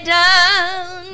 down